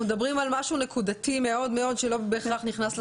אנחנו מדברים על משהו נקודתי מאוד שלא בהכרח נכנס.